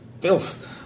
filth